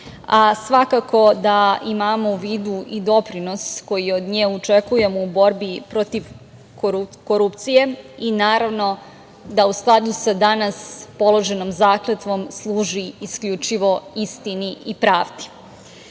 a svakako da imamo u vidu i doprinos koji od nje očekujemo u borbi protiv korupcije i naravno da u skladu sa danas položenom zakletvom, služi isključivo istini i pravdi. Kada